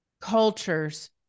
cultures